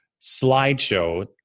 slideshow